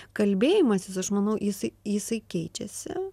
kalbėjimasis aš manau jisai jisai keičiasi